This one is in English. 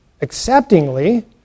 acceptingly